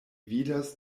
vidas